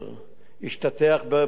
השתטח ברחבה.